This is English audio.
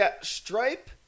stripe